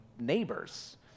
neighbors